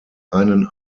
einen